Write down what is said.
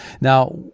Now